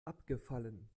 abgefallen